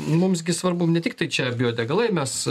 mums gi svarbu ne tik tai čia biodegalai ir mes